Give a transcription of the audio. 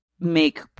make